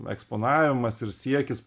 eksponavimas ir siekis